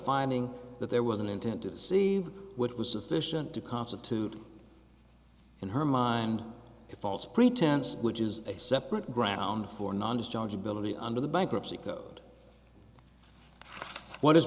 finding that there was an intent to deceive which was sufficient to constitute in her mind it false pretense which is a separate ground for non discharge ability under the bankruptcy code what is